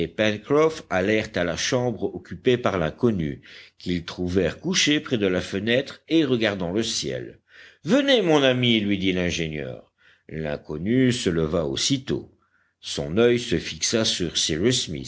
pencroff allèrent à la chambre occupée par l'inconnu qu'ils trouvèrent couché près de la fenêtre et regardant le ciel venez mon ami lui dit l'ingénieur l'inconnu se leva aussitôt son oeil se fixa sur